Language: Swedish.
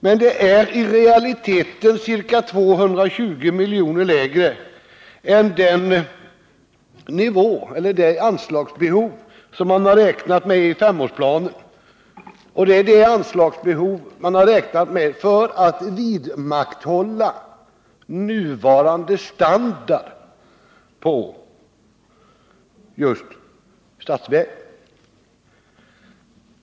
Men det är i realiteten ca 220 miljoner mindre än det anslagsbehov man räknade med i femårsplanen för att vidmakthålla nuvarande standard på just statsvägarna.